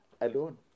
alone